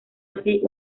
así